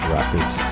Records